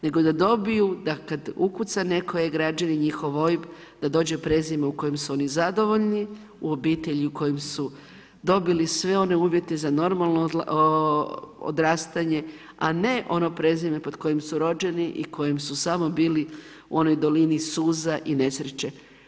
Nego da dobiju da kad ukuca netko u e-građani njihov OIB da dođe prezime u kojem su oni zadovoljni, u obitelji u kojoj su dobili sve one uvjete za normalno odrastanje, a ne ono prezime pod kojim su rođeni i kojim su samo bili u onoj dolini suza i nesreće.